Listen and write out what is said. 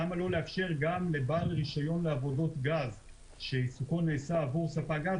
למה לא לאפשר גם לבעל רישיון לעבודות גז שעיסוקו נעשה עבור ספק גז,